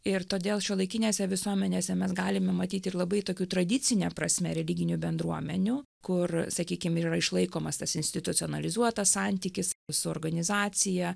ir todėl šiuolaikinėse visuomenėse mes galime matyti ir labai tokių tradicine prasme religinių bendruomenių kur sakykim yra išlaikomas tas institucionalizuotas santykis su organizacija